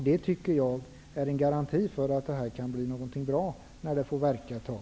Det tar jag som garanti för att detta kan bli någonting bra när det har fått verka ett tag.